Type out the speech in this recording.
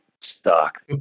stuck